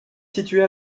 située